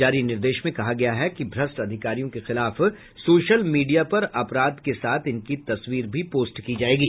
जारी निर्देश में कहा गया है कि भ्रष्ट अधिकारियों के खिलाफ सोशल मीडिया पर अपराध के साथ इनकी तस्वीर भी पोस्ट की जायेगी